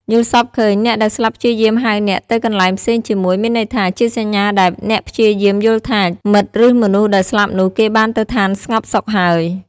យល់សប្តិឃើញ អ្នកដែលស្លាប់ព្យាយាមហៅអ្នកទៅកន្លែងផ្សេងជាមួយ មានន័យថា ជាសញ្ញាដែល អ្នកព្យាយាមយល់ថា មិត្តឬមនុស្សដែលស្លាប់នោះ គេបានទៅឋានស្ងប់សុខហើយ ។